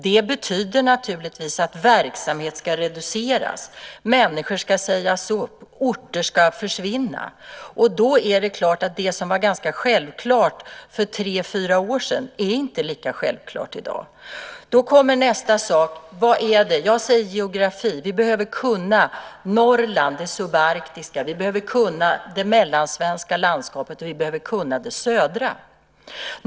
Det betyder naturligtvis att verksamhet ska reduceras, människor ska sägas upp, orter ska försvinna som försvarsorter. Då är det som var ganska självklart för tre fyra år sedan inte lika självklart. Då kommer nästa sak - geografin. Vi behöver kunna Norrland, det subarktiska. Vi behöver kunna det mellansvenska landskapet, och vi behöver kunna det södra.